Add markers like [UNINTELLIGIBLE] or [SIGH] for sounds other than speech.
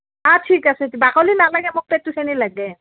অঁ ঠিক আছে [UNINTELLIGIBLE] বাকলি নালাগে মোক পেটুখিনি লাগে